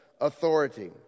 authority